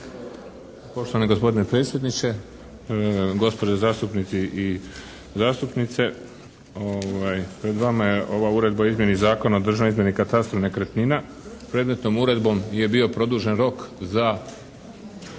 Poštovani gospodine predsjedniče, gospodo zastupnici i zastupnice. Pred vama je ova Uredba o izmjeni Zakona o državnoj izmjeri i katastru nekretnina. Predmetnom uredbom je bio produžen rok za